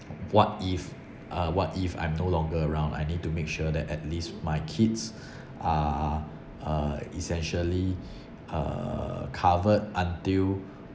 what if uh what if I'm no longer around I need to make sure that at least my kids are uh essentially uh covered until